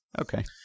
Okay